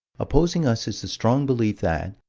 opposing us is the strong belief that,